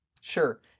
sure